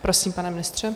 Prosím, pane ministře.